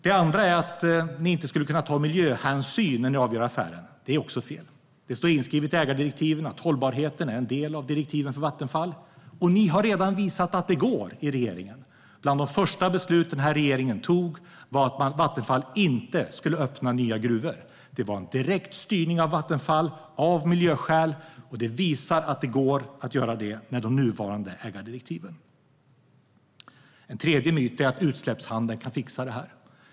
En andra myt är att ni inte skulle kunna ta miljöhänsyn när ni avgör affären. Det är också fel. Det står inskrivet i ägardirektiven att hållbarheten är en del av direktiven för Vattenfall. Och ni i regeringen har redan visat att det går. Bland de första beslut regeringen tog var att Vattenfall inte skulle öppna nya gruvor. Det var en direkt styrning av Vattenfall - av miljöskäl. Det visar att det går att göra det här med de nuvarande ägardirektiven. En tredje myt är att utsläppshandeln kan fixa det här.